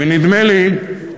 ונדמה לי,